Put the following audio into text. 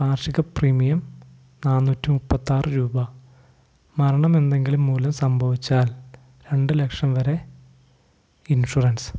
കാർഷിക പ്രീമിയം നാന്നൂറ്റി മുപ്പത്തിയാറു രൂപ മരണമെന്തെങ്കിലും മൂലം സംഭവിച്ചാൽ രണ്ടു ലക്ഷം വരെ ഇൻഷുറൻസ്